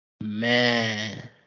Man